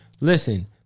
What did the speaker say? Listen